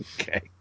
Okay